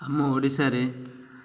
ଆମ ଓଡ଼ିଶାରେ